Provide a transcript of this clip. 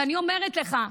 ואני אומרת לך,